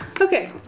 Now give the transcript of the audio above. Okay